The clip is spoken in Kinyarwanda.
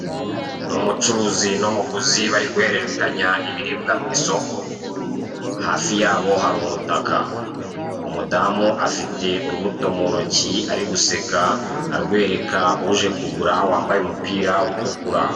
Ni umucuruzi n'umuguzi bari guhererekanya ibiribwa mu isoko, hafi yabo hari umutaka umudamu afite urubuto mu ntoki ari guseka arwereka uje kugura wambaye umupira utukura.